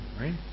right